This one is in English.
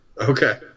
okay